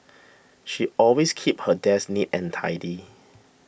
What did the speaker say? she always keeps her desk neat and tidy